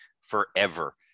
forever